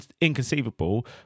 inconceivable